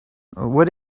what